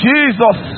Jesus